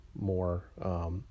more